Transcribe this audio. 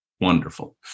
wonderful